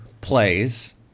plays